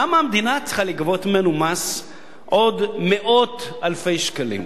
למה המדינה צריכה לגבות ממנו מס עוד מאות אלפי שקלים?